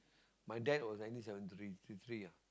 my dad was nineteen seventy three ah